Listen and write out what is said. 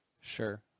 Sure